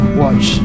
watch